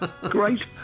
Great